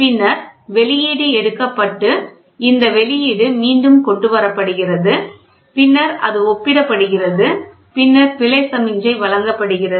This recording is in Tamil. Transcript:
பின்னர் வெளியீடு எடுக்கப்பட்டு இந்த வெளியீடு மீண்டும் கொண்டு வரப்படுகிறது பின்னர் அது ஒப்பிடப்படுகிறது பின்னர் பிழை சமிக்ஞை வழங்கப்படுகிறது